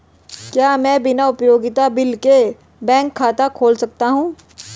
क्या मैं बिना उपयोगिता बिल के बैंक खाता खोल सकता हूँ?